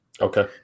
Okay